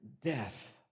death